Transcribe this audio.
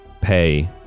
pay